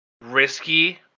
risky